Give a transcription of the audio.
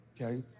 okay